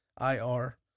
IR